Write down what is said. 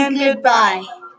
goodbye